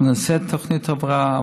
אנחנו נעשה תוכנית הבראה,